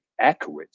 accurate